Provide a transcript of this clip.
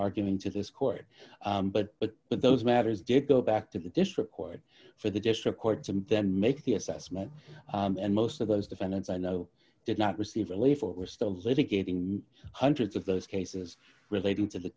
arguing to this court but but those matters do go back to this record for the district courts and then make the assessment and most of those defendants i know did not receive relief or were still litigating hundreds of those cases relating to the